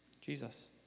Jesus